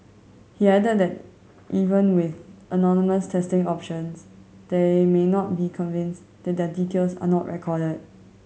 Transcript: he added that even with anonymous testing options they may not be convinced that their details are not recorded